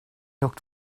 looked